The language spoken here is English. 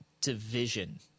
division